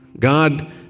God